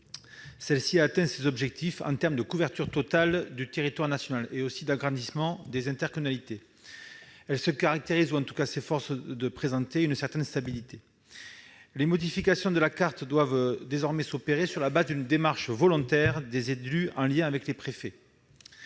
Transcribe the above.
propre a atteint ses objectifs, à savoir la couverture totale du territoire national et l'agrandissement des intercommunalités. Elle est censée présenter une certaine stabilité. Les modifications de la carte doivent désormais s'opérer sur la base d'une démarche volontaire des élus, en lien avec les préfets,